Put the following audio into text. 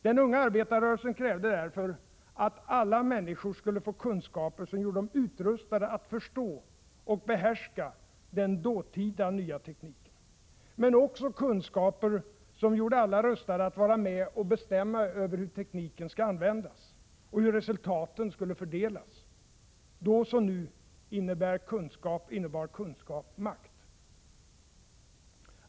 Den unga arbetarrörelsen krävde därför att alla människor skulle få kunskaper som gjorde dem rustade att förstå och behärska den dåtida, nya tekniken, men också kunskaper som gjorde alla rustade att vara med och bestämma över hur tekniken skulle användas och hur resultaten skulle fördelas. Då som nu innebar kunskap makt.